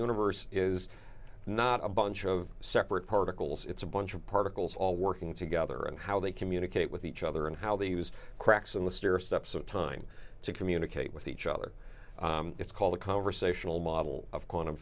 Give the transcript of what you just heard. universe is not a bunch of separate particles it's a bunch of particles all working together and how they communicate with each other and how they use cracks in the stairstep so time to communicate with each other it's called a conversational model of quantum